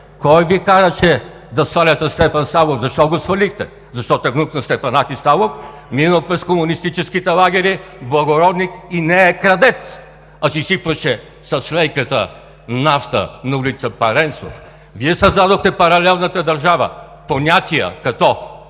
Кой Ви караше да сваляте Стефан Савов? Защо го свалихте? Защото е внук на Стефанаки Савов, минал през комунистическите лагери, благородник и не е крадец, а си сипваше с лейката нафта на ул. „Паренсов“. (Шум и реплики от ДПС.) Вие създадохте в паралелната държава понятия като